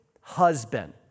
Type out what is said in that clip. husband